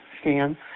scan